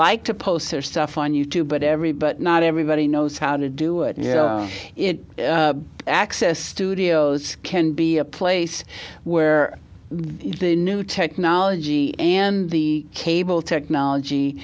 like to post their stuff on you tube but every but not everybody knows how to do it and it access studios can be a place where the new technology and the cable technology